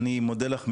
אני מודה לך מאוד,